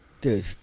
Dude